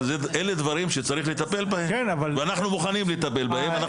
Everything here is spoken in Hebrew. אבל אלה דברים שצריך לטפל בהם ואנחנו מוכנים לטפל בהם.